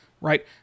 right